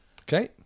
Okay